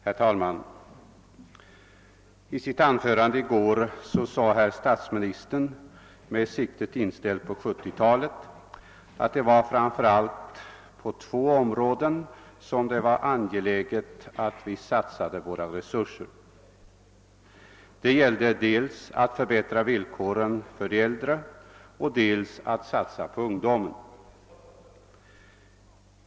Herr talman! I sitt anförande i går sade herr statsministern, med siktet inställt på 1970-talet, att det var framför allt två områden som det var angeläget att vi satsade våra resurser på. Det gäll de dels att förbättra villkoren för de äldre, dels att satsa på ungdomen.